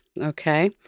okay